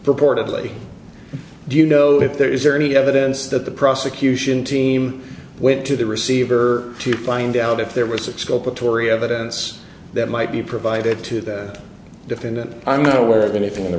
purportedly do you know if there is there any evidence that the prosecution team went to the receiver to find out if there was a exculpatory evidence that might be provided to the defendant i'm not aware of anything on the